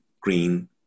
green